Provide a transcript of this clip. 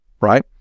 right